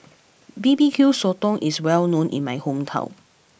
B B Q Sotong is well known in my hometown